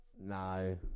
No